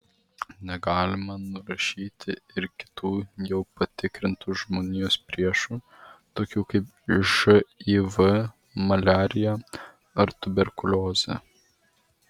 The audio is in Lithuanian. negalima nurašyti ir kitų jau patikrintų žmonijos priešų tokių kaip živ maliarija ar tuberkuliozė